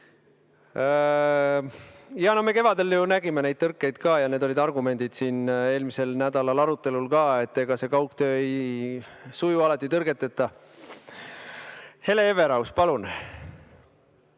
No me kevadel nägime neid tõrkeid ka ja needki olid argumendid meie eelmise nädala arutelul, et ega see kaugtöö ei suju alati tõrgeteta. Hele Everaus, palun!